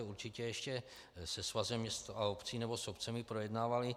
Určitě jste se Svazem měst a obcí nebo s obcemi projednávali...